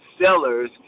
sellers